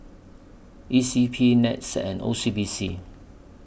E C P Nets and O C B C